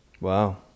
wow